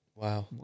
Wow